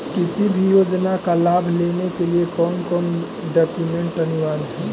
किसी भी योजना का लाभ लेने के लिए कोन कोन डॉक्यूमेंट अनिवार्य है?